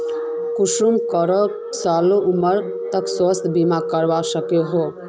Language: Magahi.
कुंसम करे साल उमर तक स्वास्थ्य बीमा करवा सकोहो ही?